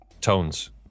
tones